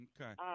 Okay